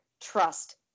trust